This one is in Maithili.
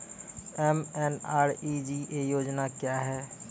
एम.एन.आर.ई.जी.ए योजना क्या हैं?